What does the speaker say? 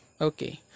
Okay